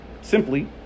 Simply